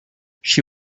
she